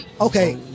okay